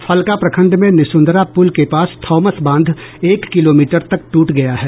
फलका प्रखंड में निसुंदरा पुल के पास थॉमस बांध एक किलोमीटर तक टूट गया है